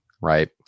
right